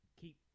keep